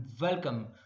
welcome